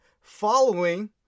Following